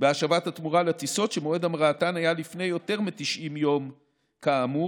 בהשבת התמורה לטיסות שמועד המראתן היה לפני יותר מ-90 ימים כאמור,